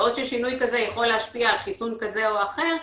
בעוד ששינוי כזה יכול להשפיע על חיסון כזה או אחר,